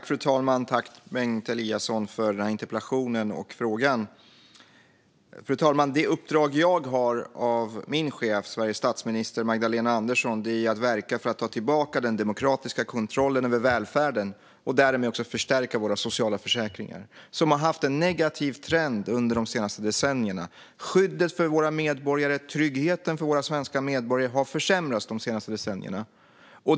Fru talman! Tack, Bengt Eliasson, för interpellationen och frågan! Det uppdrag jag har fått av min chef, Sveriges statsminister Magdalena Andersson, är att verka för att ta tillbaka den demokratiska kontrollen över välfärden och därmed också förstärka våra sociala försäkringar som har haft en negativ trend under de senaste decennierna. Skyddet och tryggheten för våra svenska medborgare har försämrats under de senaste decennierna.